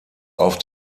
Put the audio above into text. auf